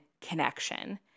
connection